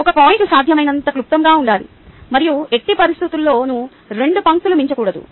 ఒక పాయింట్ సాధ్యమైనంత క్లుప్తంగా ఉండాలి మరియు ఎట్టి పరిస్థితుల్లోనూ రెండు పంక్తులు మించకూడదు